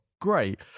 great